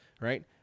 right